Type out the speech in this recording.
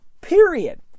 period